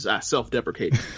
self-deprecating